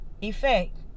effect